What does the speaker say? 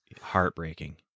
heartbreaking